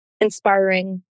inspiring